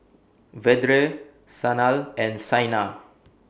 Vedre Sanal and Saina